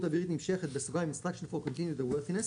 אווירית נמשכת (Instructions for Continued Airworthiness),